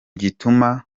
gituma